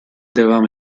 devam